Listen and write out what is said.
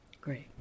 Great